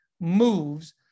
moves